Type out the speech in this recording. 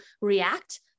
react